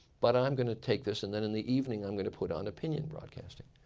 but i'm going to take this. and then in the evening i'm going to put on opinion broadcasting.